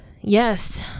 Yes